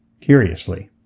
curiously